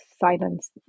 silence